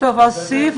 פחות הרווח היזמי,